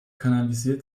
kanalisiert